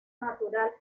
natural